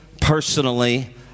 personally